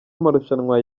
amarushanwa